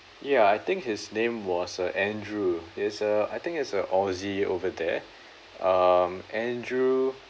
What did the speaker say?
ya I think his name was uh andrew he's a I think he's a aussie over there um andrew